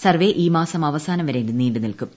survey ഈ മാസം അവസാനം വരെ നീണ്ടു നിൽക്കും